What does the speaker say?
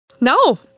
No